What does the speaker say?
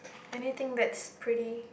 anything that's pretty